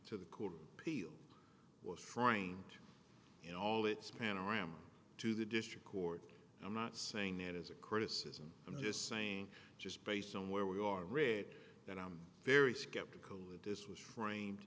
to the court of appeals was trying in all its panorama to the district court i'm not saying that as a criticism i'm just saying just based on where we are read that i'm very skeptical that this was framed